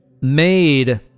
Made